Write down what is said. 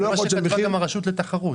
שיהיה פיקוח על הרשות לתחרות.